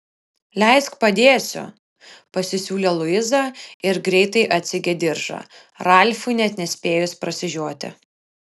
leisk padėsiu pasisiūlė luiza ir greitai atsegė diržą ralfui net nespėjus prasižioti